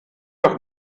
doch